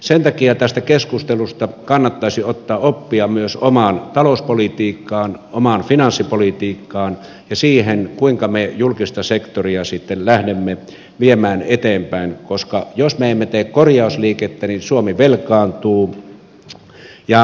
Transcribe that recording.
sen takia tästä keskustelusta kannattaisi ottaa oppia myös omaan talouspolitiikkaan omaan finanssipolitiikkaan ja siihen kuinka me julkista sektoria sitten lähdemme viemään eteenpäin koska jos me emme tee korjausliikettä niin suomi velkaantuu